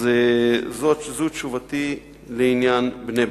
זו תשובתי לעניין בני-ברק.